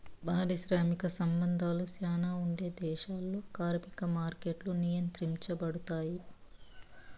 పారిశ్రామిక సంబంధాలు శ్యానా ఉండే దేశాల్లో కార్మిక మార్కెట్లు నియంత్రించబడుతాయి